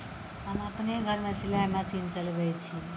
हम अपने घरमे सिलाइ मशीन चलबै छी